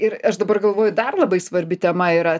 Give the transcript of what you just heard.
ir aš dabar galvoju dar labai svarbi tema yra